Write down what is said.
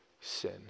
sin